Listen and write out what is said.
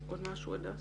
עוד משהו הדס?